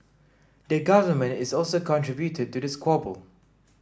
the Government is also contributed to the squabble